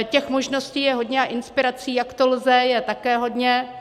Těch možností je hodně a inspirací, jak to lze, je také hodně.